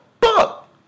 fuck